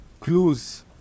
clues